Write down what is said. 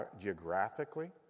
geographically